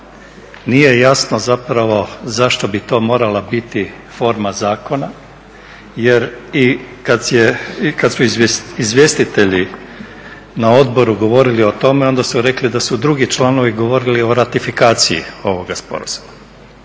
Nije jasno zapravo zašto bi to morala biti forma zakona jer kada su izvjestitelji na odboru govorili o tome onda su rekli da su drugi članovi govorili o ratifikaciji ovoga sporazuma.